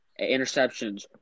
Interceptions